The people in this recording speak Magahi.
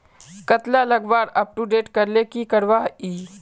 कतला लगवार अपटूडेट करले की करवा ई?